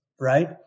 right